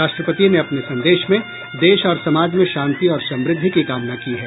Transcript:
राष्ट्रपति ने अपने संदेश में देश और समाज में शांति और समुद्धि की कामना की है